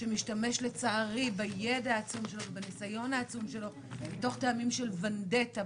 שמשתמש לצערי בידע העצום שלו ובניסיון העצום שלו מתוך טעמים של ונדטה,